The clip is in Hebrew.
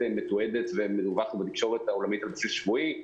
ה- Joltמתועדת ומדווחת בתקשורת העולמית על בסיס שבועי.